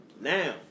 now